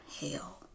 hell